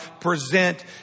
present